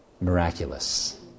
miraculous